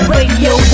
Radio